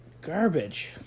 garbage